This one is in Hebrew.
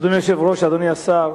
אדוני היושב-ראש, אדוני השר,